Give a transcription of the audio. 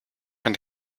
eine